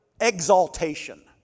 exaltation